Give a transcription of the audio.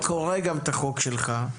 אני גם קורא את החוק שלך.